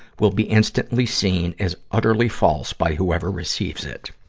will be instantly seen as utterly false by whoever receives it.